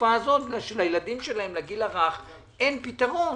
בתקופה הזאת, כי לילדים שלהם בגיל הרך אין פתרון.